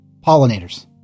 pollinators